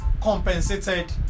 compensated